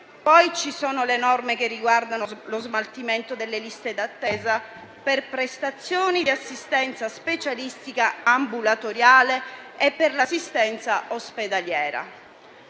sono poi le norme che riguardano lo smaltimento delle liste d'attesa per prestazioni di assistenza specialistica ambulatoriale e per l'assistenza ospedaliera.